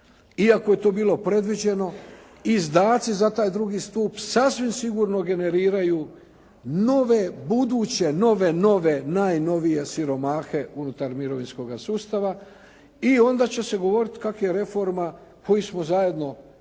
iako je to bilo predviđeno, izdaci za taj drugi stup sasvim sigurno generiraju nove buduće nove, nove najnovije siromahe unutar mirovinskoga sustava i onda će se govoriti kako je reforma koju smo zajedno